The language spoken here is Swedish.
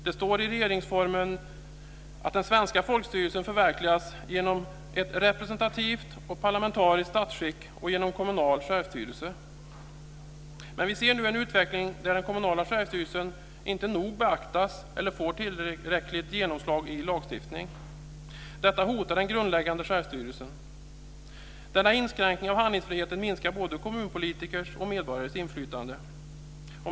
Det står i regeringsformen att "den svenska folkstyrelsen förverkligas genom ett representativt och parlamentariskt statsskick och genom kommunal självstyrelse". Vi ser nu en utveckling där den kommunala självstyrelsen inte nog beaktas eller får tillräckligt genomslag i lagstiftningen. Detta hotar den grundläggande självstyrelsen. Denna inskränkning av handlingsfriheten minskar både kommunpolitikers och medborgares inflytande.